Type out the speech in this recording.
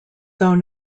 though